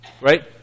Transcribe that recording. Right